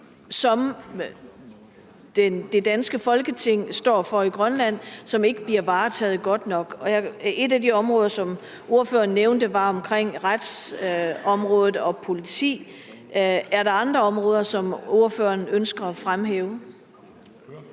som det danske Folketing står for i Grønland, som ikke bliver varetaget godt nok. Et af de områder, som ordføreren nævnte, var retsområdet og politi. Er der andre områder, som ordføreren ønsker at fremhæve?